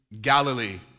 Galilee